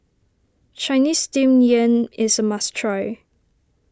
Chinese Steamed Yam is a must try